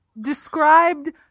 described